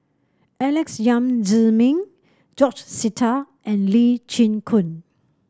Alex Yam Ziming George Sita and Lee Chin Koon